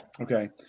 Okay